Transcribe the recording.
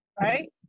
right